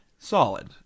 solid